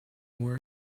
war